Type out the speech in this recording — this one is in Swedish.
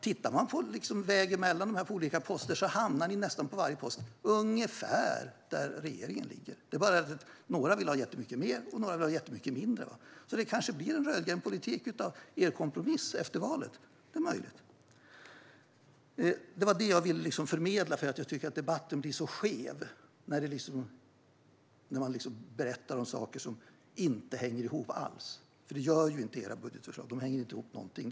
Om man väger samman dessa poster hamnar ni nästan på varje post ungefär där regeringen ligger. Men några vill ha jättemycket mer, och några vill ha jättemycket mindre. Det kanske blir en rödgrön politik av er kompromiss efter valet. Det är möjligt. Det var detta jag ville förmedla, för jag tycker att debatten blir så skev när man berättar om saker som inte alls hänger ihop, och det gör inte era budgetförslag. De hänger inte ihop på något sätt.